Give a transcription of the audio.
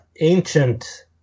ancient